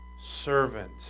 servant